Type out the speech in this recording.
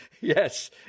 Yes